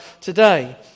today